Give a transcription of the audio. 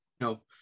no